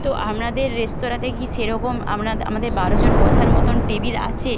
তো আপনাদের রেস্তরাঁতে কি সে রকম আমাদের বারো জন বসার মতন টেবিল আছে